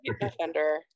offender